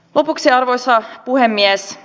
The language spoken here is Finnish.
lopuksi arvoisa puhemies